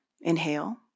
Inhale